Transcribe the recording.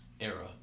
era